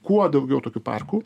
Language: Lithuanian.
kuo daugiau tokių parkų